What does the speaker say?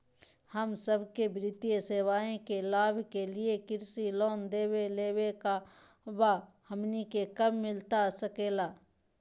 हम सबके वित्तीय सेवाएं के लाभ के लिए कृषि लोन देवे लेवे का बा, हमनी के कब मिलता सके ला?